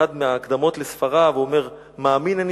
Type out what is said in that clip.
שבאחת מההקדמות לספריו הוא אומר: "מאמין אני